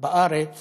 בארץ